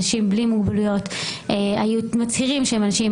אנשים בלי מוגבלויות היו מצהירים שהם אנשים עם